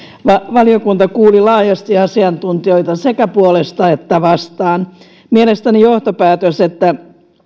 valiokunta kuuli laajasti asiantuntijoita sekä puolesta että vastaan mielestäni johtopäätös että